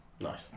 Nice